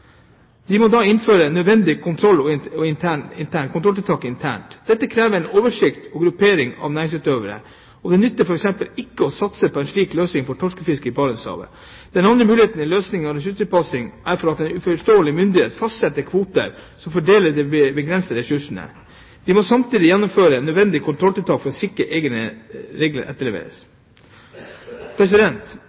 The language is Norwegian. de fordeler mellom seg. De må da innføre nødvendige kontrolltiltak internt. Dette krever en oversiktlig gruppering av næringsutøverne. Det nytter f.eks. ikke å satse på en slik løsning for torskefiske i Barentshavet. Den andre mulige løsningen på ressurstilpasningen er at en utenforstående myndighet fastsetter kvoter som fordeler de begrensede ressursene. De må samtidig gjennomføre nødvendige kontrolltiltak for å